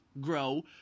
grow